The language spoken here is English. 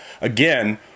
again